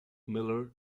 miller